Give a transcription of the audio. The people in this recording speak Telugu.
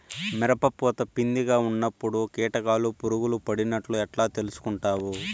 మిరప పూత పిందె గా ఉన్నప్పుడు కీటకాలు పులుగులు పడినట్లు ఎట్లా తెలుసుకుంటావు?